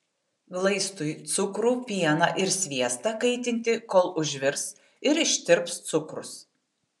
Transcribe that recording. glaistui cukrų pieną ir sviestą kaitinti kol užvirs ir ištirps cukrus